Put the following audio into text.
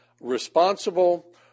responsible